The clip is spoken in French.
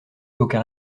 aucun